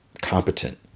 competent